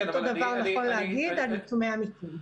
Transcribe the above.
אותו הדבר אתה יכול להגיד על נתוני המיקום.